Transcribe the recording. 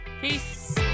peace